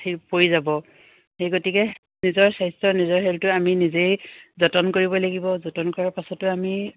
সি পৰি যাব সেই গতিকে নিজৰ স্বাস্থ্য নিজৰ হেলটো আমি নিজেই যতন কৰিব লাগিব যতন কৰাৰ পাছতো আমি